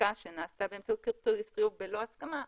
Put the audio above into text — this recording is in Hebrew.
עסקה שנעשתה באמצעות כרטיס חיוב בלא הסכמה,